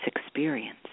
experience